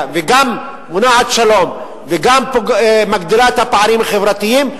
וגם מונעת שלום וגם מגדילה את הפערים החברתיים,